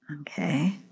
Okay